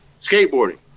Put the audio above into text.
skateboarding